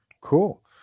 cool